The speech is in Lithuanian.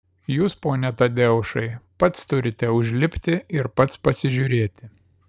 jūs pone tadeušai pats turite užlipti ir pats pasižiūrėti